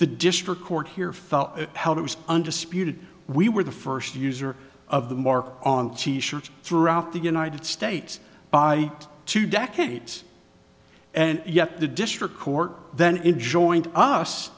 the district court here felt it was undisputed we were the first user of the market on t shirts throughout the united states by two decades and yet the district court then in joined us